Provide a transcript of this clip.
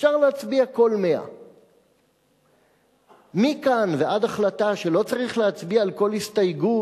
אפשר להצביע כל 100. מכאן ועד החלטה שלא צריך להצביע על כל הסתייגות,